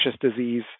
disease